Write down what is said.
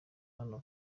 hato